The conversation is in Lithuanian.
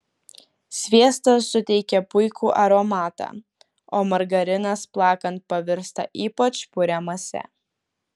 sviestas suteikia puikų aromatą o margarinas plakant pavirsta ypač puria mase